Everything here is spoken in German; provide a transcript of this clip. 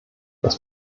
das